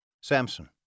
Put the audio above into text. Samson